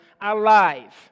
alive